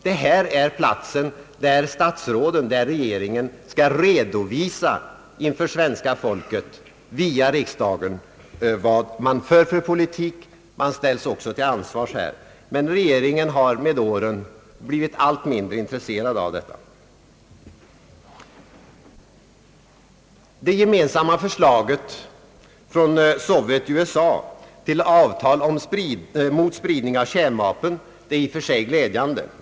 Detta är platsen där regeringen skall redovisa inför svenska folket via riksdagen vad för politik den för. Den ställs också till ansvar här. Men regeringen har med åren blivit allt mindre intresserad av detta. Det gemensamma förslaget från Sovjet och USA till avtal mot spridning av kärnvapen är i och för sig glädjande.